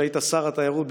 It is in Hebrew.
אתה היית שר התיירות,